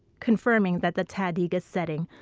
confirming that the tahdig is setting,